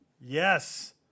Yes